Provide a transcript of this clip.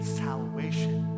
salvation